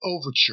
Overture